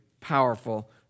powerful